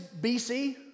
BC